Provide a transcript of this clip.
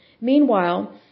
Meanwhile